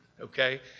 Okay